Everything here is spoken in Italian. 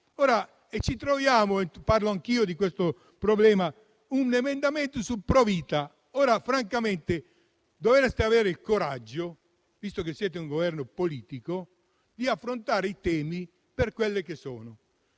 troviamo invece - parlo anch'io di questo problema - un emendamento sul pro-vita. Ora, francamente, dovreste avere il coraggio, visto che siete un Governo politico, di affrontare i temi per quelli che sono.